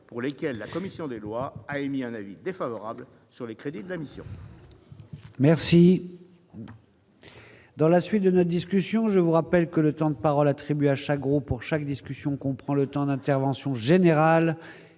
pour lesquelles la commission des lois a émis un avis défavorable sur les crédits d'amis.